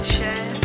Share